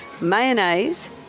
mayonnaise